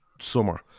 summer